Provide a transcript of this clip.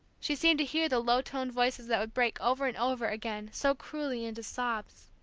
she seemed to hear the low-toned voices that would break over and over again so cruelly into sobs.